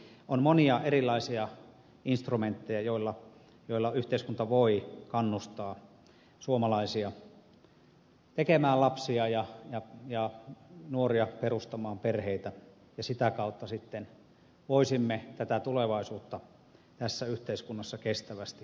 eli on monia erilaisia instrumentteja joilla yhteiskunta voi kannustaa suomalaisia tekemään lapsia ja nuoria perustamaan perheitä ja sitä kautta sitten voisimme tätä tulevaisuutta tässä yhteiskunnassa kestävästi rakentaa